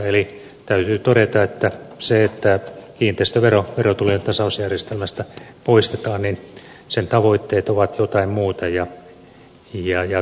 eli täytyy todeta että sen että kiinteistövero verotulojen tasausjärjestelmästä poistetaan tavoitteet ovat jotain muuta ja taustalla